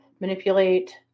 manipulate